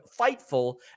Fightful